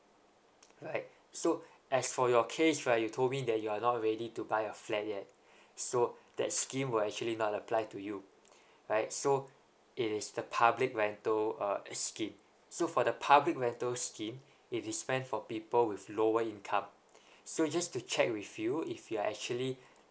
right so as for your case right you told me that you are not ready to buy a flat yet so that scheme were actually not apply to you right so it is the public rental uh scheme so for the public rental scheme it is meant for people with lower income so just to check with you if you're actually